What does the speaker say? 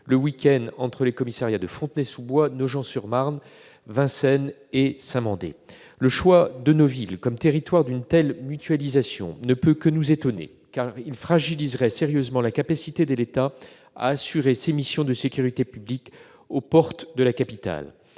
judiciaire, entre les commissariats de Fontenay-sous-Bois, de Nogent-sur-Marne et de Vincennes-Saint-Mandé. Le choix de nos villes comme territoires d'une telle mutualisation ne peut que nous étonner, car il fragiliserait sérieusement la capacité de l'État à assurer ses missions de sécurité publique aux portes de la capitale.